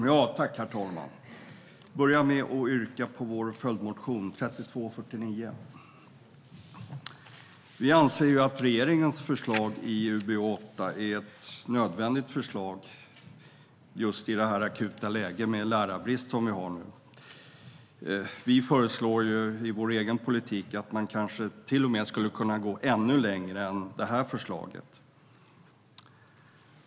Herr talman! Jag yrkar bifall till vår följdmotion 3249. Vi anser att regeringens förslag i UbU8 är nödvändigt i det akuta läge med lärarbrist som vi har nu. Vi föreslår i vår egen politik att man kanske till och med skulle kunna gå ännu längre än det här förslaget.